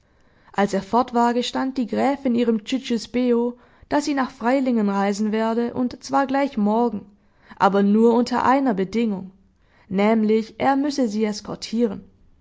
als er fort war gestand die gräfin ihrem cicisbeo daß sie nach freilingen reisen werde und zwar gleich morgen aber nur unter einer bedingung nämlich er müsse sie eskortieren